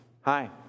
Hi